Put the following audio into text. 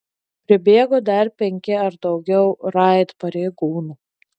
pribėgo dar penki ar daugiau raid pareigūnų